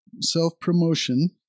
self-promotion